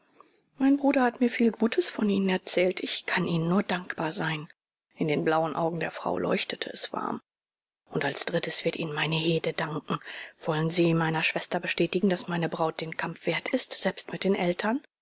mein bruder hat mir viel gutes von ihnen erzählt ich kann ihnen nur dankbar sein in den blauen augen der frau leuchtete es warm und als dritte wird ihnen meine hede danken wollen sie meiner schwester bestätigen daß meine braut den kampf wert ist selbst mit den eltern